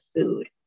food